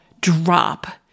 drop